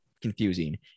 confusing